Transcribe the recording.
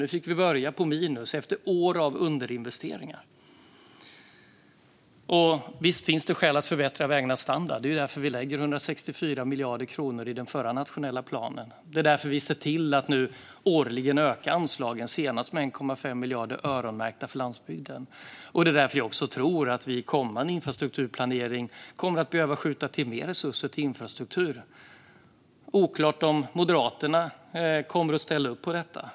Nu fick vi börja på minus efter år av underinvesteringar. Visst finns det skäl att förbättra vägarnas standard. Det var därför vi lade 164 miljarder kronor i den förra nationella planen. Det är därför vi ser till att årligen öka anslagen. Senast var det med 1,5 miljarder öronmärkta för landsbygden. Det är därför jag också tror att vi vid kommande infrastrukturplanering kommer att behöva skjuta till mer resurser till infrastruktur. Det är oklart om Moderaterna kommer att ställa upp på detta.